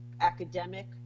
academic